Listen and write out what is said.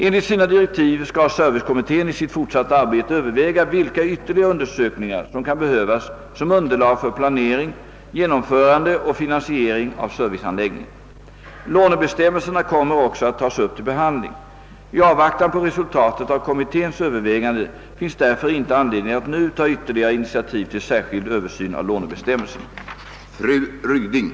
Enligt sina direktiv skall servicekommittén i sitt fortsatta arbete överväga vilka ytterligare undersökningar som kan behövas som underlag för planering, genomförande och finansiering av serviceanläggningar. Lånebestämmelserna kommer också att tas upp till behandling. I avvaktan på resultatet av kommitténs överväganden finns därför inte anledning att nu ta yvtterligare initiativ till särskild översyn av lånebestämmelserna.